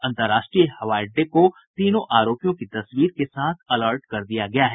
अंतर्राष्ट्रीय हवाई अड्डे को तीनों आरोपियों की तस्वीर के साथ अलर्ट कर दिया गया है